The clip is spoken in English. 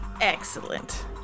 Excellent